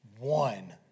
one